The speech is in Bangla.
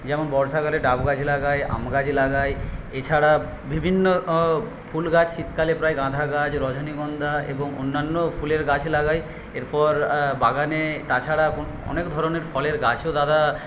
যেমন বর্ষাকালে ডাব গাছ লাগায় আম গাছ লাগায় এছাড়া বিভিন্ন ফুল গাছ শীতকালে প্রায় গাঁদা গাছ রজনীগন্ধা এবং অন্যান্য ফুলের গাছ লাগায় এরপর বাগানে তাছাড়া এখন অনেক ধরনের ফলের গাছও দাদা